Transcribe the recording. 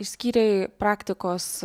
išskyrei praktikos